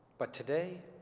but today,